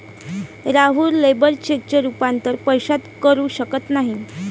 राहुल लेबर चेकचे रूपांतर पैशात करू शकत नाही